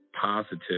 positive